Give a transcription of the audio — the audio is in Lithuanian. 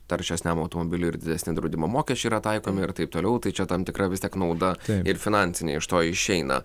taršesniam automobiliui ir didesni draudimo mokesčiai yra taikomi ir taip toliau tai čia tam tikra vis tiek nauda ir finansinė iš to išeina